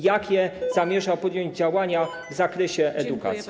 Jakie zamierza podjąć działania w zakresie edukacji?